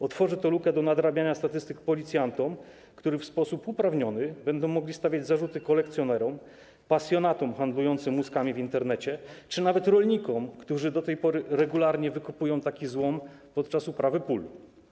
Otworzy to lukę do nadrabiania statystyk policjantom, który w sposób uprawniony będą mogli stawiać zarzuty kolekcjonerom, pasjonatom handlującym łuskami w Internecie czy nawet rolnikom, którzy do tej pory regularnie wykopują taki złom podczas uprawy pól.